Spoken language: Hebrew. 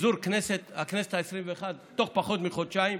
הכנסת העשרים-ואחת בתוך פחות מחודשיים,